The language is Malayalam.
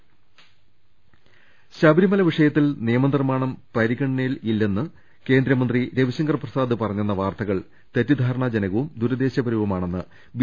ശ്രീധരൻപിളള ശബരിമല വിഷയത്തിൽ നിയമനിർമ്മാണം പരിഗണനയി ലില്ലെന്ന് കേന്ദ്രമന്ത്രി രവിശങ്കർ പ്രസാദ് പറഞ്ഞെന്ന വാർത്ത കൾ തെറ്റിദ്ധാരണാജനകവും ദുരുദ്ദേശൃപരവുമാണെന്ന് ബി